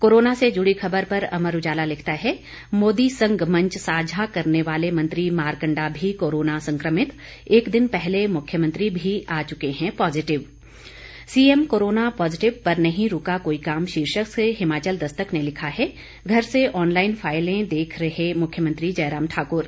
corona से जुड़ी खबर पर अमर उजाला लिखता है मोदी संग मंच साझा करने वाले मंत्री मारकंडा भी कोरोना संक्रमित एक दिन पहले मुख्यमंत्री भी आ चुके हैं पॉजिटिव सीएम कोरोना पॉजिटिव पर नहीं रुका कोई काम शीर्षक से हिमाचल दस्तक ने लिखा है घर से ऑनलाईन फाइलें देख रहे मुख्यमंत्री जयराम ठाकुर